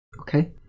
Okay